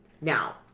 Now